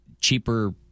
cheaper